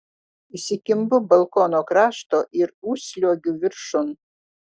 įsikimbu balkono krašto ir užsliuogiu viršun